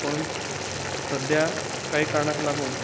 पूण सद्याक कांय कारणांक लागून